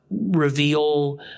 reveal